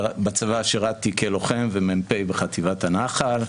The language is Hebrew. בצבא שירתי כלוחם ו-מ"פ בחטיבת הנח"ל.